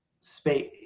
space